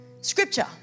Scripture